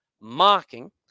mocking